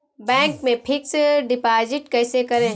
Bank में fix deposit कैसे करें?